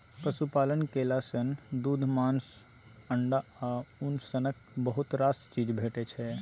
पशुपालन केला सँ दुध, मासु, अंडा आ उन सनक बहुत रास चीज भेटै छै